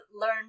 learn